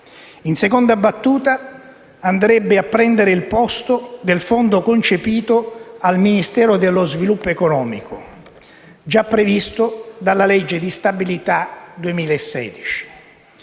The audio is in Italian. In seconda battuta, esso andrebbe a prendere il posto del fondo concepito al Ministero dello sviluppo economico, già previsto dalla legge di stabilità 2016.